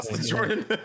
Jordan